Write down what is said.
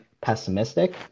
pessimistic